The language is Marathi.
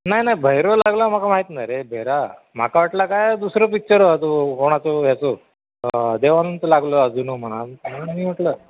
नाय नाय भैरव लागला मी माहित ना रे भैरा माका काय दुसरो पिक्चर तो कोणाचो हेचो देवानचं लागलं अजून म्हणा म्हटलं